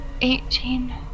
eighteen